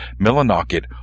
Millinocket